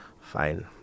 fine